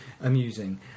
amusing